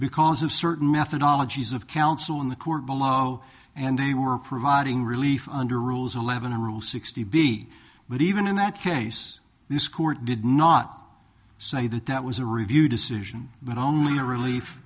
because of certain methodology is of counsel in the court below and they were providing relief under rules eleven and rule sixty b but even in that case this court did not say that that was a review decision but only relief